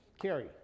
Carrie